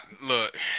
look